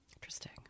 Interesting